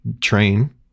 train